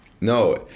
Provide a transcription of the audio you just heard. no